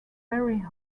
very